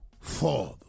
Father